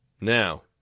Now